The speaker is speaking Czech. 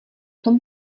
tom